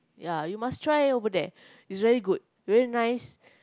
ya you must try over there it's very good very nice